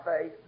faith